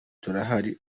turahari